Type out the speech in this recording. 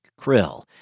krill